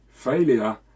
Failure